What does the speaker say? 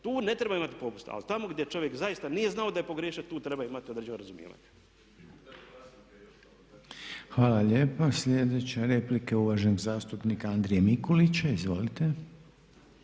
tu ne treba imati popusta, ali tamo gdje čovjek zaista nije znao da je pogriješio tu treba imati određeno razumijevanje. **Reiner, Željko (HDZ)** Hvala lijepo. Sljedeća replika uvaženog zastupnika Andrije Mikulića. Izvolite.